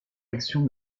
action